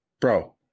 bro